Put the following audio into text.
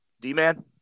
D-Man